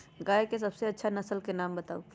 गाय के सबसे अच्छा नसल के नाम बताऊ?